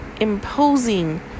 imposing